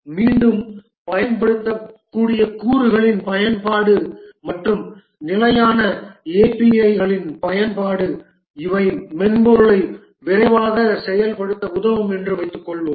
மீண்டும் பயன்படுத்தக்கூடிய கூறுகளின் பயன்பாடு மற்றும் நிலையான API களின் பயன்பாடு இவை மென்பொருளை விரைவாக செயல்படுத்த உதவும் என்று வைத்துக்கொள்வோம்